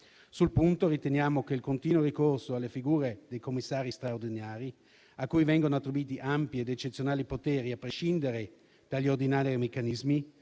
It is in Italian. Sul punto riteniamo che il continuo ricorso alle figure dei commissari straordinari, a cui vengono attribuiti ampi ed eccezionali poteri, a prescindere dagli ordinari meccanismi